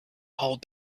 hold